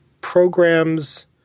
programs